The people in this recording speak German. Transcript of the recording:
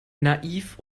naiv